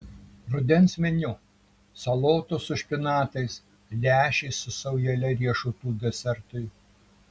rudens meniu salotos su špinatais lęšiai su saujele riešutų desertui